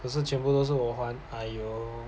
可是全部都是我还 !aiyo!